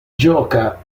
gioca